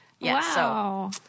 Wow